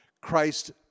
Christ